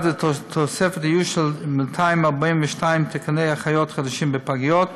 1. תוספת איוש של 242 תקני אחיות חדשים בפגיות,